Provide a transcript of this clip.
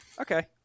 Okay